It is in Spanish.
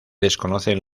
desconocen